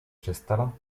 přestala